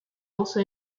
also